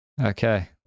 Okay